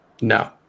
No